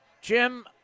Jim